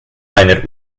einer